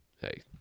hey